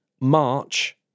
March